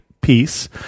peace